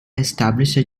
established